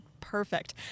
perfect